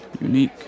Unique